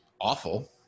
awful